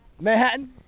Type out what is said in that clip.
Manhattan